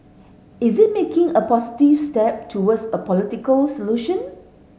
is it making a positive step towards a political solution